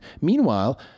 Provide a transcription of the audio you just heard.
Meanwhile